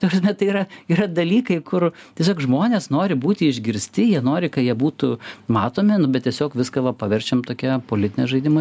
ta prasme tai yra yra dalykai kur tiesiog žmonės nori būti išgirsti jie nori kad jie būtų matomi nu bet tiesiog viską va paverčiam tokia politine žaidimų